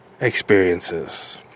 experiences